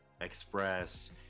Express